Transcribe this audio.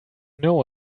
know